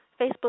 Facebook